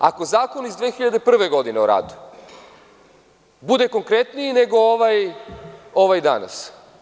Ako Zakon o radu iz 2001. godine bude konkretniji nego ovaj danas.